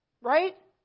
Right